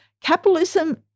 capitalism